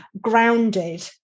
grounded